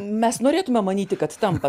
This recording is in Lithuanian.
mes norėtume manyti kad tampa